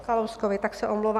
. Kalouskovi, tak se omlouvám.